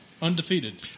Undefeated